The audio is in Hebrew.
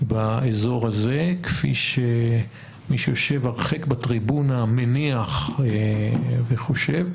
באזור הזה כפי שמי שיושב הרחק בטריבונה מניח וחושב.